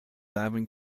gladwin